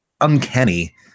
uncanny